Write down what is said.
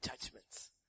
judgments